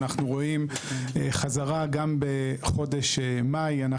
אנחנו רואים חזרה גם בחודש מאי,